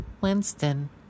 Winston